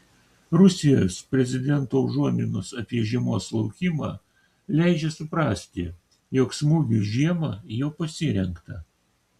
rusijos prezidento užuominos apie žiemos laukimą leidžia suprasti jog smūgiui žiemą jau pasirengta